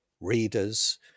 readers